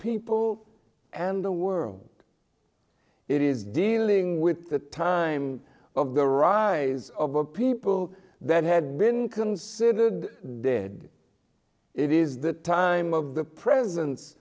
people and the world it is dealing with the time of the rise of a people that had been considered dead it is the time of the presence